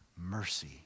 mercy